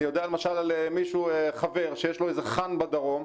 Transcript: אני יודע על חבר שיש לו איזה חאן בדרום,